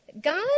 God